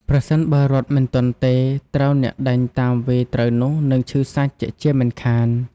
ប្រសិនបើរត់មិនទាន់ទេ ត្រូវអ្នកដេញតាមវាយត្រូវនោះនឹងឈឺសាច់ជាក់ជាមិនខាន។